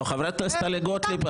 חברת הכנסת טלי גוטליב,